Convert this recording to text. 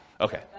Okay